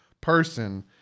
person